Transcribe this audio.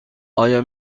آیا